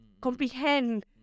comprehend